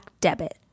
debit